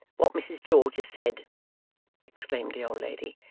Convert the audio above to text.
what mrs george has said exclaimed the old lady.